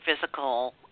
physical